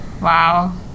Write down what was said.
wow